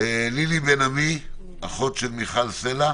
לילי בן עמי, אחות של מיכל סלע.